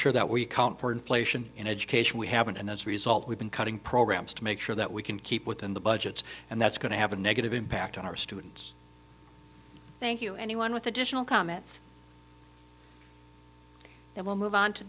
sure that we account for inflation in education we haven't and as result we've been cutting programs to make sure that we can keep within the budgets and that's going to have a negative impact on our students thank you anyone with additional comments and we'll move on to